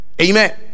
amen